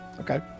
Okay